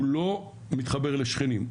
הוא לא מתחבר לשכנים,